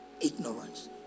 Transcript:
Ignorance